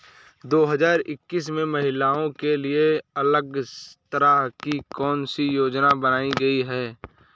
दो हजार इक्कीस में महिलाओं के लिए अलग तरह की कौन सी योजना बनाई गई है?